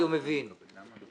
אנחנו עושים כאן משהו חדש.